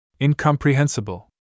Incomprehensible